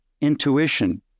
intuition